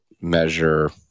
measure